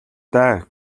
даа